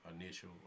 initial